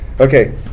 Okay